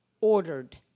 ordered